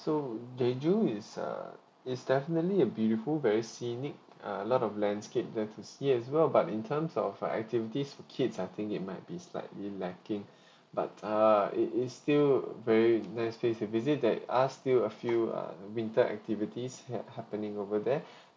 so jeju is uh it's definitely a beautiful very scenic uh lot of landscape there to see as well but in terms of uh activities for kids I think it might be slightly lacking but uh it is still very nice place to visit there are still a few uh winter activities hap~ happening over there